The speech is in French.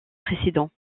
précédent